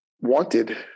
wanted